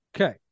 Okay